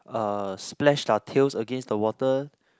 uh splash their tails against the water